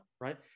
Right